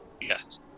Yes